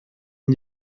amb